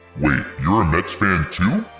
wait, you're a mets fan too?